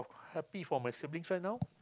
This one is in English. happy for my sibling friend now